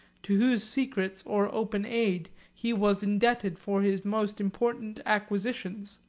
to whose secret or open aid he was indebted for his most important acquisitions.